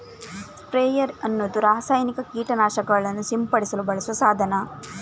sprayer ಅನ್ನುದು ರಾಸಾಯನಿಕ ಕೀಟ ನಾಶಕಗಳನ್ನ ಸಿಂಪಡಿಸಲು ಬಳಸುವ ಸಾಧನ